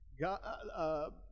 God